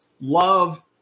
love